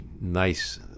nice